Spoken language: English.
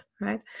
right